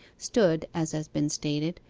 stood, as has been stated,